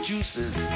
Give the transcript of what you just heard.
juices